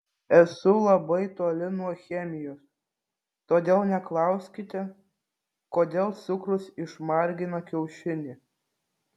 esu labai toli nuo chemijos todėl neklauskite kodėl cukrus išmargina kiaušinį